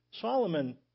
Solomon